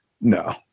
No